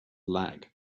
lag